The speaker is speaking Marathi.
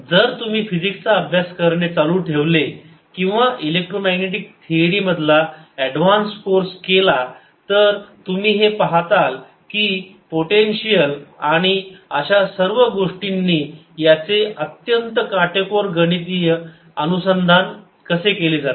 जर तुम्ही फिजिक्सचा अभ्यास करणे चालू ठेवले किंवा इलेक्ट्रोमॅग्नेटिक फेरी मधला ऍडव्हान्स कोर्स केला तर तुम्ही हे पाहताल की पोटेन्शियल आणि अशा सर्व गोष्टींनी याचे अत्यंत काटेकोर गणितीय अनुसाधन कसे केले जाते